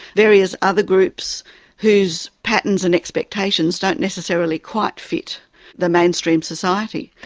various other groups whose patterns and expectations don't necessarily quite fit the mainstream society,